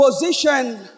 position